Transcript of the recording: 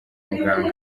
muganga